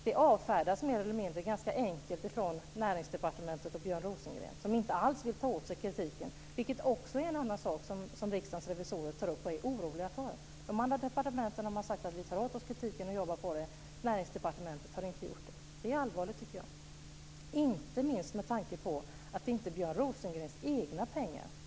Det avfärdas mer eller mindre av Näringsdepartementet och Björn Rosengren, som inte alls vill ta åt sig av kritiken. Det är också en sak som Riksdagens revisorer tar upp och är oroliga för. De andra departementen har tagit åt sig av kritiken och sagt att de jobbar på den, men Näringsdepartementet har inte gjort det. Det är allvarligt, tycker jag, inte minst med tanke på att det inte handlar om Björn Rosengrens egna pengar.